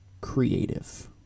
creative